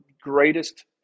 greatest